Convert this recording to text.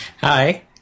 hi